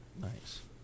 Nice